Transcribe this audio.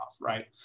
right